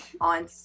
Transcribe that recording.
on